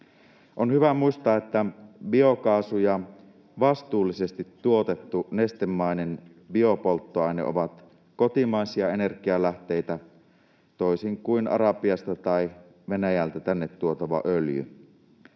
On hyvä muistaa, että biokaasu ja vastuullisesti tuotettu nestemäinen biopolttoaine ovat kotimaisia energialähteitä, toisin kuin Arabiasta tai Venäjältä tänne tuotava öljy.